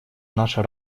наша